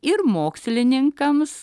ir mokslininkams